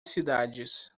cidades